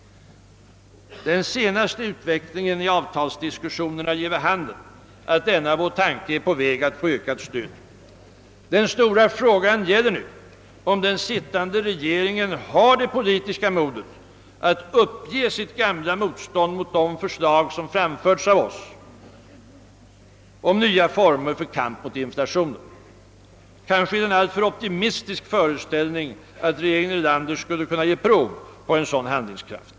Den senaste utvecklingen i avtalsdiskussionerna ger vid handen, att denna vår tanke är på väg att få ökat stöd. Den stora frågan gäller nu om den sittande regeringen har det politiska modet att uppge sitt gamla motstånd mot de förslåg som framförts av oss om nya former för kamp mot inflationen. Kanske är det en alltför optimistisk föreställning att regeringen Erlander skulle kunna ge prov på en sådan handlingskraft.